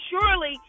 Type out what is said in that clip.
Surely